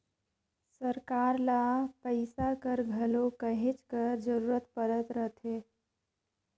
सरकार ल पइसा कर घलो कहेच कर जरूरत परत रहथे